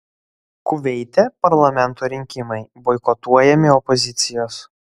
kuveite parlamento rinkimai boikotuojami opozicijos